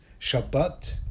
Shabbat